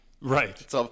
Right